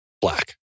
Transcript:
Black